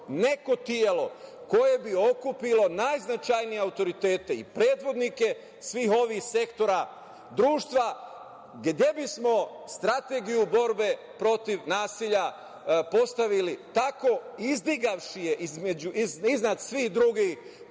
neko telo koje bi okupilo najznačajnije autoritete i predvodnike svih ovih sektora društva, gde bismo strategiju borbe protiv nasilja postavili tako izdigavši je iznad svih drugih